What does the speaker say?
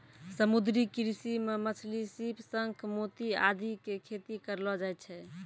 समुद्री कृषि मॅ मछली, सीप, शंख, मोती आदि के खेती करलो जाय छै